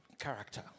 character